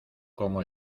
como